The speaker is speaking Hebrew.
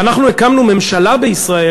ואנחנו הקמנו ממשלה בישראל,